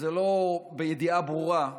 זה לא בידיעה ברורה,